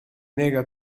nega